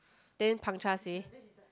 then Pang-Chia say